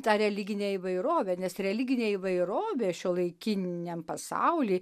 tą religinę įvairovę nes religinė įvairovė šiuolaikiniam pasauly